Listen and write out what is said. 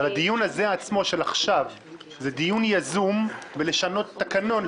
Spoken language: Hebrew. אבל הדיון הזה עצמו עכשיו זה דיון יזום בלשנות תקנון,